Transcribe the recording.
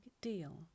deal